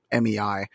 MEI